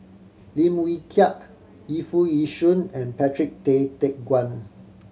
Lim Wee Kiak Yu Foo Yee Shoon and Patrick Tay Teck Guan